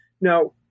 Now